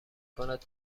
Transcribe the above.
کند